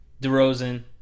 DeRozan